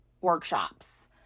workshops